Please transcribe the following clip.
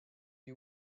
you